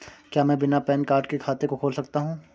क्या मैं बिना पैन कार्ड के खाते को खोल सकता हूँ?